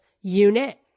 unit